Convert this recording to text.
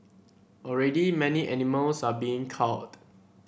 already many animals are being culled